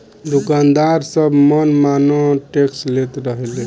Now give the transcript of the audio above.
दुकानदार सब मन माना टैक्स लेत रहले